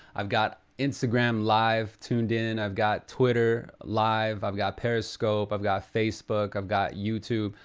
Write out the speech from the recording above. i've got instagram live tuned in, i've got twitter live. i've got periscope, i've got facebook, i've got youtube.